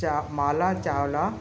Mala Chawla